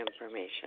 information